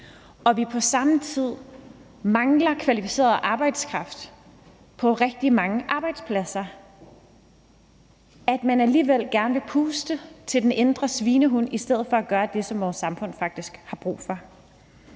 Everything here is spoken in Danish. og vi på samme tid mangler kvalificeret arbejdskraft på rigtig mange arbejdspladser – alligevel gerne vil puste til den indre svinehund i stedet for at gøre det, som vores samfund faktisk har brug for.